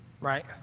right